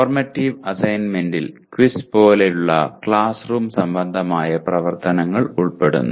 formative അസൈൻമെന്റിൽ quiz പോലുള്ള class room സംബന്ധമായ പ്രവർത്തനങ്ങൾ ഉൾപ്പെടുന്നു